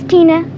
Tina